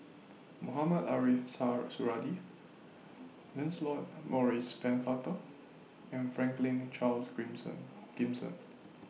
Mohamed Ariff Suradi Lancelot Maurice Pennefather and Franklin Charles Gimson